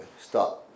stop